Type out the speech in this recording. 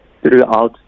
throughout